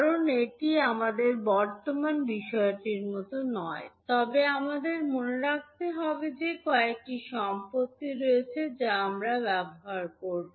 কারণ এটি আমাদের বর্তমান বিষয়টির মতো নয় তবে আমাদের মনে রাখতে হবে যে কয়েকটি সম্পত্তি রয়েছে যা আমরা ব্যবহার করব